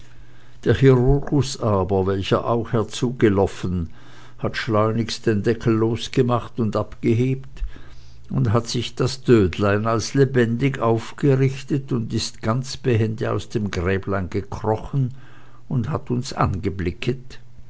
der chirurgus aber welcher auch herzugeloffen hat schleunigst den deckel losgemacht und abgehebt und hat sich das tödlein als lebendig aufgerichtet und ist ganz behende aus dem gräblein gekrochen und hat uns angeblicket